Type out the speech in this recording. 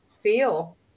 feel